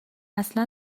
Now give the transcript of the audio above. اصلا